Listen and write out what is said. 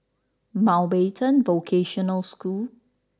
Mountbatten Vocational School